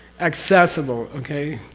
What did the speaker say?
accessible, okay?